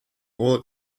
all